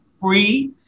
free